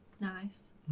nice